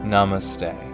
Namaste